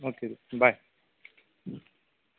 okay bye